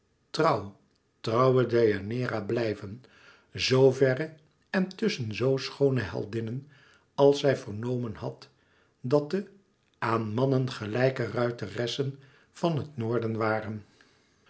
trouw trouwe deianeira blijven zoo verre en tusschen zoo schoone heldinnen als zij vernomen had dat de aan mannen gelijke ruiteressen van het noorden waren